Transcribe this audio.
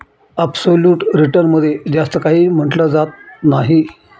absolute return मध्ये जास्त काही म्हटलं जात नाही